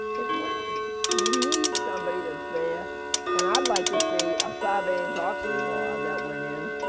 it's wacky you need somebody that's there and i'd like to see a sarbane's oxley law that went in,